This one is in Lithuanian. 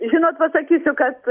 žinot pasakysiu kad